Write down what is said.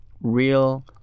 real